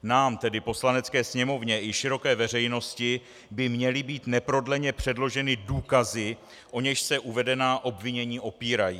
Nám, tedy Poslanecké sněmovně, i široké veřejnosti by měly být neprodleně předloženy důkazy, o něž se uvedená obvinění opírají.